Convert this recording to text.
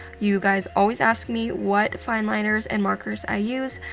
you guys always ask me what fineliners and markers i use,